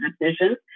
decisions